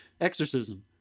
exorcism